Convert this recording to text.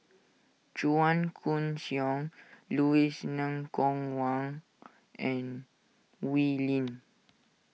Chua Koon Siong Louis Ng Kok Kwang and Wee Lin